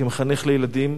כמחנך לילדים,